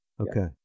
Okay